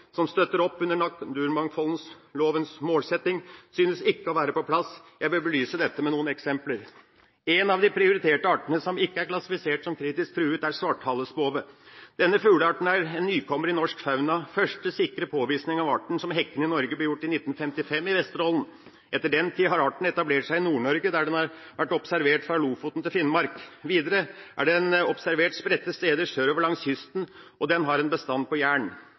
som støtter opp under naturmangfoldlovens målsetting, synes ikke å være på plass. Jeg vil belyse dette med noen eksempler. En av de prioriterte artene som ikke er klassifisert som kritisk truet, er svarthalespove. Denne fuglearten er en nykommer i norsk fauna. Første sikre påvisning av arten som hekkende i Norge ble gjort i 1955, i Vesterålen. Etter den tid har arten etablert seg i Nord-Norge, der den har vært observert fra Lofoten til Finnmark. Videre er den observert spredte steder sørover langs kysten, og den har en bestand på